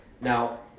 Now